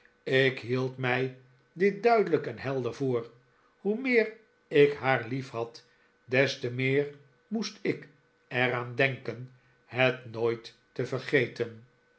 ik hield mij dit duidelijk en helder voor hoe meer ik haar liefhad des te meer moest ik er aan denken het nooit te vergeten